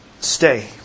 stay